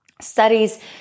Studies